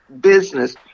business